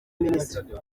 minisitiri